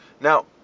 now